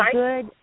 good